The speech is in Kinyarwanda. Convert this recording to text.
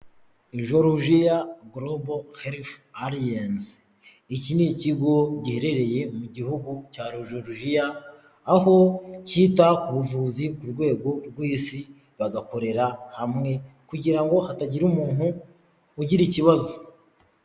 Georgia Global Health Alliance; iki ni ikigo giherereye mu gihugu cya Georgia, aho cyita ku buvuzi ku rwego rw' isi bagakorera hamwe, kugira ngo hatagira umuntu ugira ikibazo.